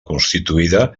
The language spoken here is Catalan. constituïda